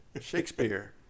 Shakespeare